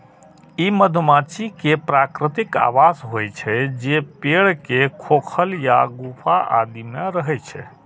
ई मधुमाछी के प्राकृतिक आवास होइ छै, जे पेड़ के खोखल या गुफा आदि मे रहै छै